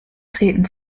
treten